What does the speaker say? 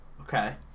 Okay